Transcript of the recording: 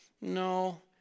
No